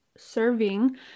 serving